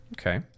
Okay